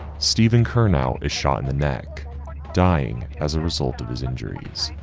stephen colonel is shot in the neck dying as a result of his injuries.